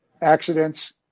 accidents